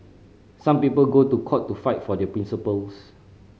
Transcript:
some people go to court to fight for their principles